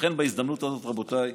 לכן, בהזדמנות הזאת, רבותיי,